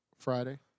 Friday